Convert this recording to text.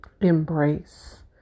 embrace